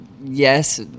yes